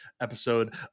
episode